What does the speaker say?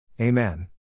Amen